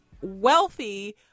wealthy